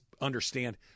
understand